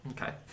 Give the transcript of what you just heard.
Okay